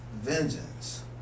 vengeance